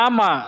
Ama